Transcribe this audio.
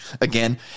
again